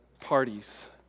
parties